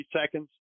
seconds